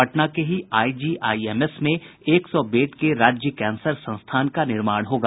पटना के ही आईजीआईएमएस में एक सौ वेड के राज्य कैंसर संस्थान का निर्माण होगा